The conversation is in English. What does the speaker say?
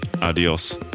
Adios